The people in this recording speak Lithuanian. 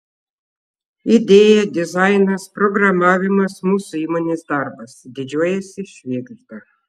idėja dizainas programavimas mūsų įmonės darbas didžiuojasi švėgžda